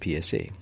PSA